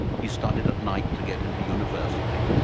he studied at night to get into university,